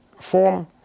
form